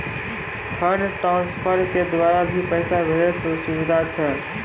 Fund transfer के द्वारा भी पैसा भेजै के सुविधा छै?